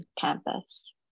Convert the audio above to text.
campus